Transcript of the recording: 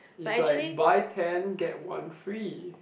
it's like buy ten get one free